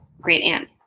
great-aunt